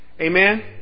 Amen